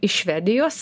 iš švedijos